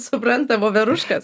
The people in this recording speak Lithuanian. supranta voveruškas